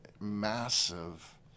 Massive